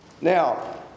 Now